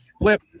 flip